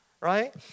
Right